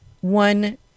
one